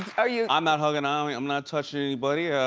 ah yeah i'm not hugging. um and i'm not touching anybody.